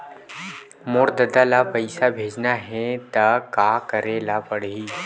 मोर ददा ल पईसा भेजना हे त का करे ल पड़हि?